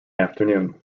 afternoon